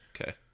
Okay